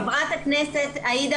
חברת הכנסת עאידה,